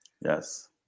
Yes